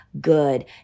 good